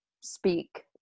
speak